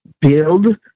build